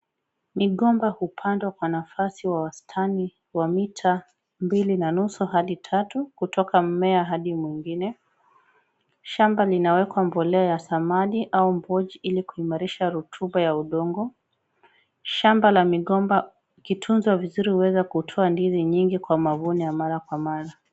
Migomba hupandwa kwa nafasi wa wastani wa mita mbili na nusu hadi tatu. kutoka mumea hadi mwingine. Shamba inawekwa mbolea ya samadi au mboch ili kuimarisha rotuba ya udongo. Shamba la migomba ikitunzwa vizuri huweza kutoa ndizi nyingi kwa mavuno ya mara kwa mara.